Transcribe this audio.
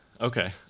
Okay